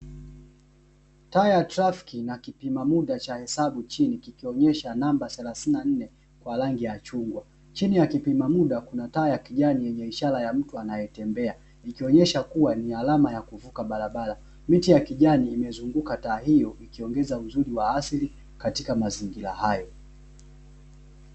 Taa ya trafiki na kipima muda cha hesabu chini kikionyesha namba dheladhini nne kwa rangi ya chungwa. Chini ya kipima muda kuna taa ya kijani yenye ishara ya mtu anayetembea, ikionyesha kuwa ni alama ya kuvuka barabara. Miti ya kijani imezunguka taa hiyo ikiongeza uzuri wa asili katika mazingira hayo.